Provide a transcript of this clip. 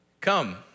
come